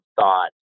thought